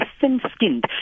thin-skinned